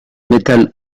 metal